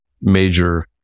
major